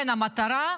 כן, המטרה,